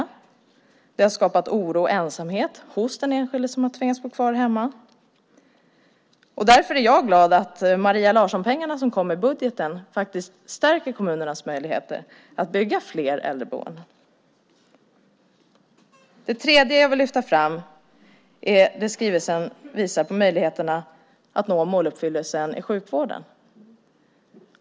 Det har skapat oro och ensamhet hos den enskilde som har tvingats bo kvar hemma. Därför är jag glad att Maria Larsson-pengarna som kom i budgeten faktiskt stärker kommunernas möjligheter att bygga fler äldreboenden. Det tredje jag vill lyfta fram i skrivelsen är möjligheterna att nå måluppfyllelsen i sjukvården.